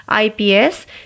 IPS